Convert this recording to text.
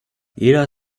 jeder